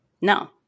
No